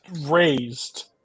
raised